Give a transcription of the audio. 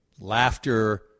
laughter